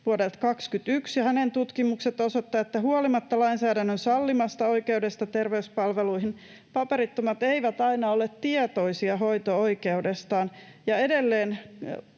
vuodelta 21, ja hänen tutkimuksensa osoittavat, että huolimatta lainsäädännön sallimasta oikeudesta terveyspalveluihin paperittomat eivät aina ole tietoisia hoito-oikeudestaan